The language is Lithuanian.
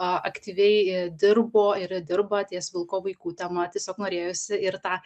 aktyviai dirbo yra dirba ties vilko vaikų tema tiesiog norėjosi ir tą